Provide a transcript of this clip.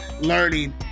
learning